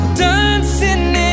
dancing